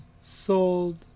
sold